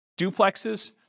duplexes